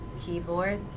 keyboard